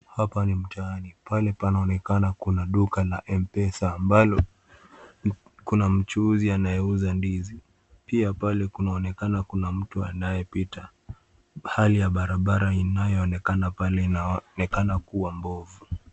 Hapa ni mtaani, pale panaonekana kuna duka la m-pesa ambalo kuna mchuuzi anayeuza ndizi ,pia pale kunaonekana kuna mtu anayepita. Hali ya barabara inayoonekana pale inaonekana kuwa mbovu.